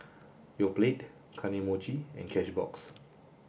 Yoplait Kane Mochi and Cashbox